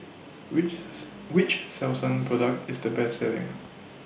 which's Which Selsun Product IS The Best Selling